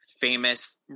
famous